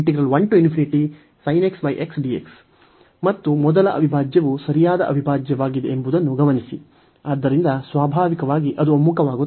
ಮತ್ತು ಮೊದಲ ಅವಿಭಾಜ್ಯವು ಸರಿಯಾದ ಅವಿಭಾಜ್ಯವಾಗಿದೆ ಎಂಬುದನ್ನು ಗಮನಿಸಿ ಆದ್ದರಿಂದ ಸ್ವಾಭಾವಿಕವಾಗಿ ಅದು ಒಮ್ಮುಖವಾಗುತ್ತದೆ